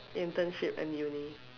internship in uni